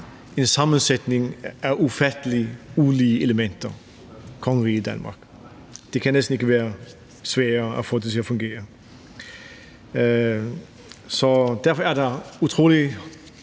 en sammensætning af ufattelig ulige elementer – kongeriget Danmark; det kan næsten ikke være sværere at få det til at fungere. Derfor er det utrolig